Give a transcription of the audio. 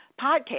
podcast